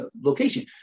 location